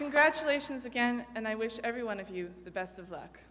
congratulations again and i wish everyone of you the best of luck